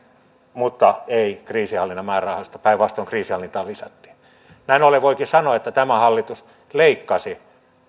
mutta ei kriisinhallinnan määrärahoista päinvastoin kriisinhallintaan lisättiin näin ollen voikin sanoa että hallitus leikkasi